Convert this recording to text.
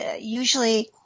usually